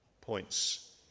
points